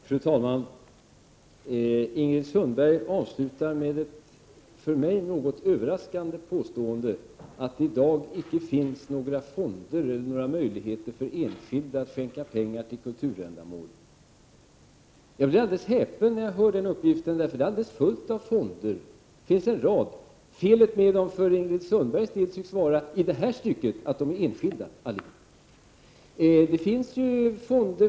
Fru talman! Ingrid Sundberg avslutade med ett för mig något överraskande påstående, att det i dag icke finns några fonder eller några möjligheter för enskilda att skänka pengar till kulturändamål. Jag blir alldeles häpen när jag hör detta, för det finns en rad fonder. Felet med dem tycks för Ingrid Sundberg vara att de alla är enskilda.